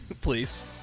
Please